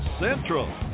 Central